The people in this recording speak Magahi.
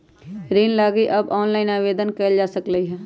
ऋण लागी अब ऑनलाइनो आवेदन कएल जा सकलई ह